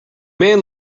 man